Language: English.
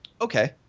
Okay